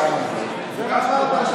דיברת גם על זה, דיברת גם על זה.